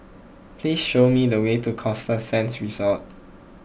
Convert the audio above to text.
please show me the way to Costa Sands Resort